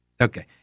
Okay